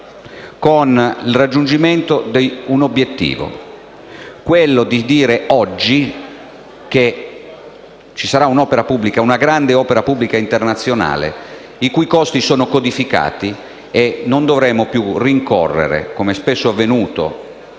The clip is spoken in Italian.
con il raggiungimento di un obiettivo: quello di dire oggi che ci sarà un'opera pubblica, una grande opera pubblica internazionale, i cui costi sono codificati. Non dovremo più rincorrere, come spesso è avvenuto